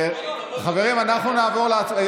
חברים, אנחנו נעבור להצבעה.